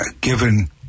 given